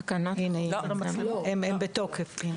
הן בתוקף.